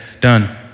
done